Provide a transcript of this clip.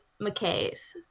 McKay's